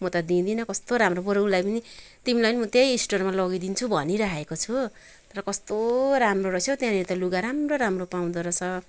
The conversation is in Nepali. म त दिँदिनँ कस्तो राम्रो बरु उसलाई पनि तिमीलाई पनि त्यही स्टोरमा लगिदिन्छु भनिरहेको छु र कस्तो राम्रो रहेछ हो त्यहाँनिर त लुगा राम्रो राम्रो पाउँदो रहेछ